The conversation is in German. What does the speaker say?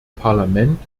parlament